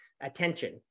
attention